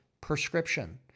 prescription